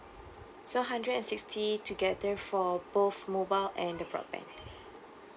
so hundred and sixty to get them for both mobile and the broadband